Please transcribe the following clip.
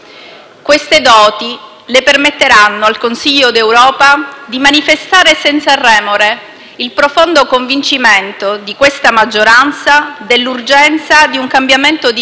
il profondo convincimento di questa maggioranza dell'urgenza di un cambiamento di visione e di direzione politica, non solo per l'Italia, ma anche per l'Europa.